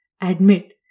admit